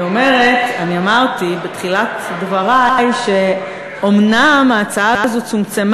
אמרתי בתחילת דברי שאומנם ההצעה צומצמה